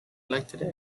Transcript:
elected